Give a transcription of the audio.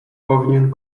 powinien